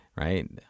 right